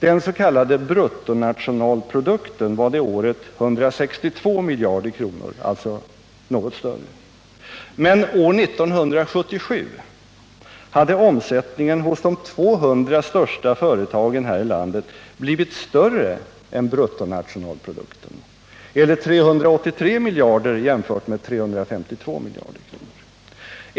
Den s.k. bruttonationalprodukten var det året 162 miljarder kronor, alltså något större. Men år 1977 hade omsättningen hos de 200 största företagen här i landet blivit större än bruttonationalprodukten, eller 383 miljarder jämfört med 352 miljarder.